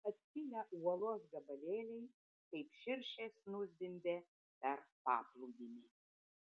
atskilę uolos gabalėliai kaip širšės nuzvimbė per paplūdimį